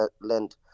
Land